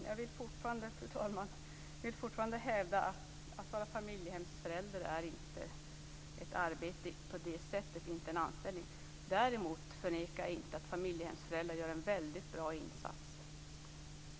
Fru talman! Jag vill fortfarande hävda att det inte är en anställning att vara familjehemsförälder. Däremot förnekar jag inte att familjehemsföräldrar gör en väldigt bra insats.